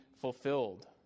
fulfilled